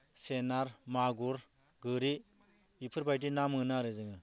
सेनार मागुर गोरि बेफोरबादि ना मोनो आरो जोङो